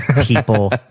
people